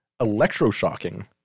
electroshocking